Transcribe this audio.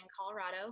Colorado